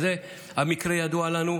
המקרה ידוע לנו.